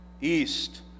East